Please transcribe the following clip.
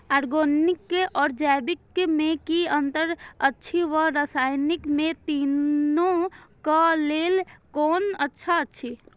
Organic आर जैविक में कि अंतर अछि व रसायनिक में तीनो क लेल कोन अच्छा अछि?